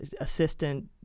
assistant